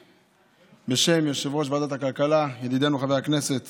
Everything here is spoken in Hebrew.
בשם יושב-ראש ועדת הכלכלה ידידנו חבר הכנסת